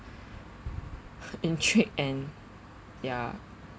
intrigued and ya